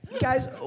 Guys